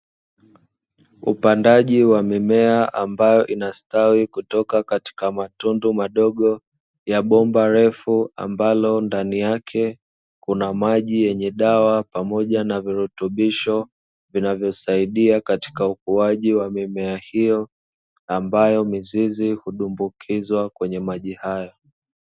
Upandaji wa mimea ambayo inastawi kutoka katika matundu madogo ya bomba refu, ambalo ndani yake kuna maji yenye dawa pamoja na virutubisho, vinavyosaidia katika ukawaji wa mimea hiyo ambayo mizizi hudumbukizwa kwenye maji hayo.